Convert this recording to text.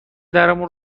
درمون